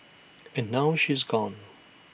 and now she is gone